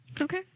Okay